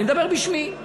אני מדבר גם בשמי,